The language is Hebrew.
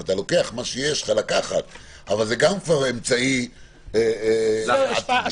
אתה לוקח את מה שיש לך לקחת אבל זה גם אמצעי -- זה השפעה נלווית.